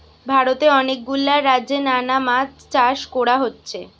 ভারতে অনেক গুলা রাজ্যে নানা মাছ চাষ কোরা হচ্ছে